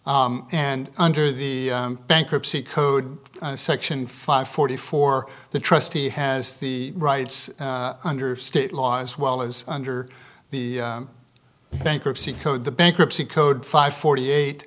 zero and under the bankruptcy code section five forty four the trustee has the rights under state law as well as under the bankruptcy code the bankruptcy code five forty eight